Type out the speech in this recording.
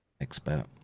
expert